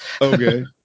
Okay